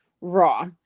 raw